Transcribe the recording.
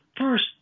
first